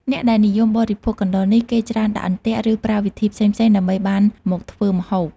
អ្នកដែលនិយមបរិភោគកណ្តុរនេះ គេច្រើនដាក់អន្ទាក់ ឬ ប្រើវិធីផ្សេងៗ ដើម្បីបានមកធ្វើម្ហូប។